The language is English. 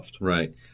Right